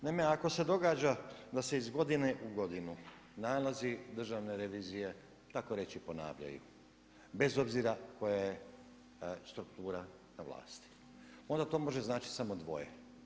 Naime, ako se događa da se iz godine u godinu nalazi Državne revizije tako reći ponavljaju bez obzira koja je struktura na vlasti, onda to može značiti samo dvoje.